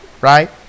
Right